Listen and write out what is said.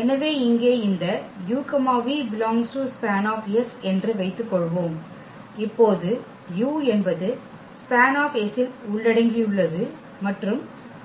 எனவே இங்கே இந்த u v ∈ SPAN என்று வைத்துக் கொள்வோம் இப்போது u என்பது SPAN ல் உள்ளடங்கியுள்ளது மற்றும்